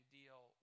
deal